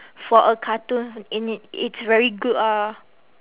for a cartoon in it it's very good ah